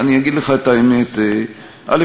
אני אגיד לך את האמת: א.